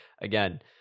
Again